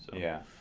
yeah.